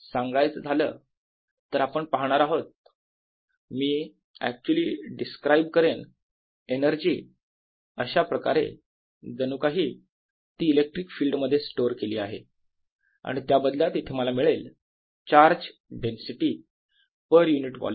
सांगायचं झालं तर आपण पाहणार आहोत मी ऍक्च्युली डिस्क्राइब करेन एनर्जी अशाप्रकारे जणू काही ती इलेक्ट्रिक फील्ड मध्ये स्टोअर केलेली आहे आणि त्या बदल्यात इथे मला मिळेल charge energy density per unit volume